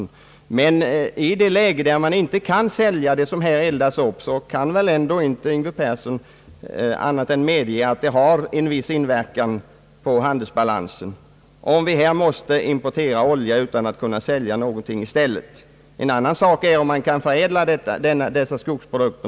När det nu inte går att sälja det som kan eldas upp måste väl herr Yngve Persson ändå medge, att det har en viss inverkan på handelsbalansen om vi måste importera olja utan att kunna sälja någonting i stället. En annan sak är om vi kunde förädla dessa skogsprodukter.